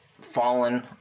fallen